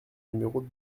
numéro